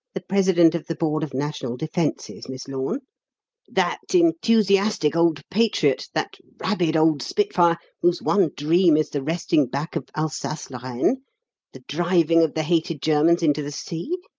the president of the board of national defences, miss lorne that enthusiastic old patriot, that rabid old spitfire, whose one dream is the wresting back of alsace-lorraine, the driving of the hated germans into the sea?